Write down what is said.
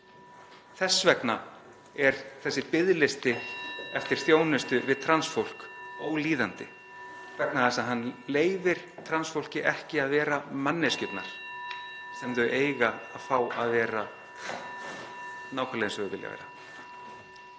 Þess vegna er þessi biðlisti eftir þjónustu við trans fólk ólíðandi, vegna þess að hann leyfir trans fólki ekki að vera manneskjurnar sem þau eiga að fá að vera, nákvæmlega eins og þau vilja vera.